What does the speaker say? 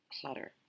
clutter